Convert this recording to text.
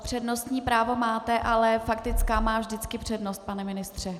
Přednostní právo máte, ale faktická má vždycky přednost, pane ministře.